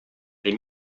les